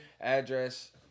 address